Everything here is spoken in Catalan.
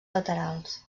laterals